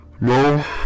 No